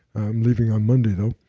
i'm leaving on monday, though.